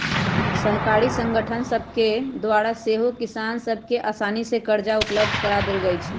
सहकारी संगठन सभके द्वारा सेहो किसान सभ के असानी से करजा उपलब्ध करा देल जाइ छइ